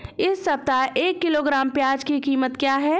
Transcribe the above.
इस सप्ताह एक किलोग्राम प्याज की कीमत क्या है?